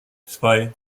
zwei